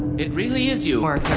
it really is you